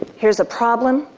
here's a problem,